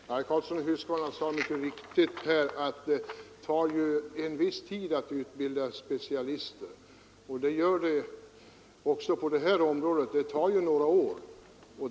Herr talman! Herr Karlsson i Huskvarna sade med all rätt att det tar en viss tid att utbilda specialister. Det gör det också på detta område. Det tar några år.